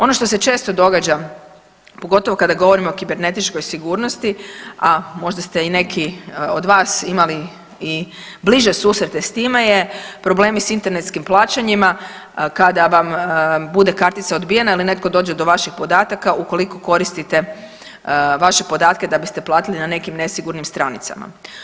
Ono što se često događa pogotovo kada govorimo o kibernetičkoj sigurnosti, a možda ste i neki od vas imali i bliže susrete s time je problemi s internetskim plaćanjima kada vam kartica bude odbijena ili netko dođe do vaših podataka ukoliko koristite vaše podatke da biste platili na nekim nesigurnim stranicama.